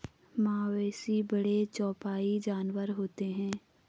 मवेशी बड़े चौपाई जानवर होते हैं